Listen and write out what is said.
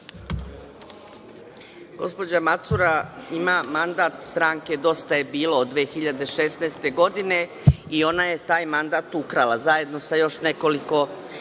Gospođa Macura ima mandat stranke Dosta je bilo od 2016. godine i ona je taj mandat ukrala zajedno sa još nekoliko